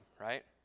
right